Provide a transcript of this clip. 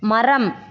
மரம்